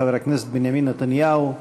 חבר הכנסת בנימין נתניהו,